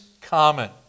common